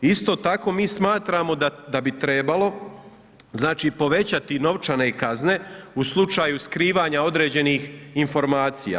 Isto tako mi smatramo da bi trebalo, znači, povećati novčane kazne u slučaju skrivanja određenih informacija.